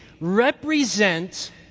represent